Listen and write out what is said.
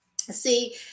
See